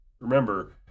Remember